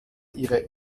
ihre